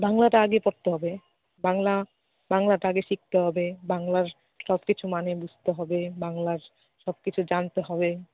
বাংলাটা আগে পড়তে হবে বাংলা বাংলাটা আগে শিখতে হবে বাংলার সব কিছু মানে বুঝতে হবে বাংলার সব কিছু জানতে হবে